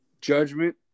Judgment